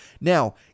Now